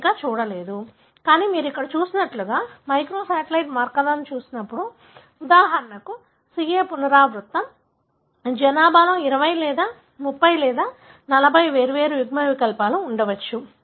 మీరు ఇంకా చాలా చూడలేరు కానీ మీరు ఇక్కడ చూపినట్లుగా మైక్రోసాటిలైట్ మార్కర్లను చూస్తున్నప్పుడు ఉదాహరణకు CA పునరావృతం జనాభాలో 20 లేదా 30 లేదా 40 వేర్వేరు యుగ్మవికల్పాలు ఉండవచ్చు